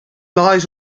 lies